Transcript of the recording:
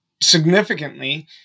significantly